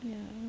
ya